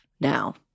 now